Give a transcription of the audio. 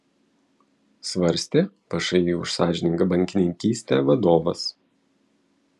svarstė všį už sąžiningą bankininkystę vadovas